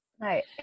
Right